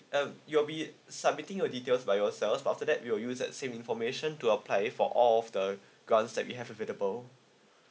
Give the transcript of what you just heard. uh you'll be submitting your details by yourself but after that we will use that same information to apply for all of the grants that we have available